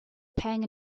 pang